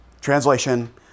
Translation